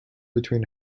between